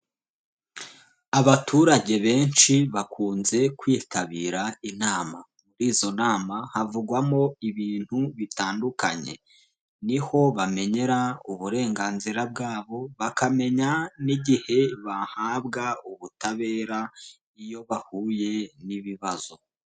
Abaturage benshi bakunze kwitabira inama muri izo nama havugwamo ibintu bitandukanye, niho bamenyera uburenganzira bwabo, bakamenya n'igihe bahabwa ubutabera iyo bahuye n'ibibazo.